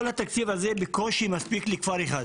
כל התקציב הזה בקושי מספיק לכפר אחד.